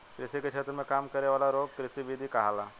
कृषि के क्षेत्र में काम करे वाला लोग कृषिविद कहाला